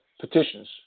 Petitions